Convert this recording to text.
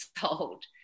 sold